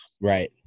Right